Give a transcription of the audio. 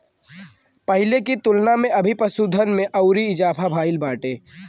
पहिले की तुलना में अभी पशुधन में अउरी इजाफा भईल बाटे